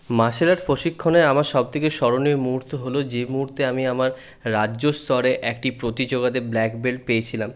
martial art প্রশিক্ষণে আমার সব থেকে স্মরণীয় মুহূর্ত হল যে মুহূর্তে আমি আমার রাজ্যস্তরে একটি প্রতিযোগিতাতে ব্ল্যাক ব্লেট পেয়েছিলাম